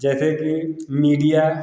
जैसे कि मीडिया